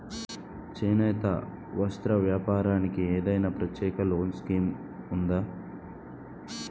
చేనేత వస్త్ర వ్యాపారానికి ఏదైనా ప్రత్యేక లోన్ స్కీం ఉందా?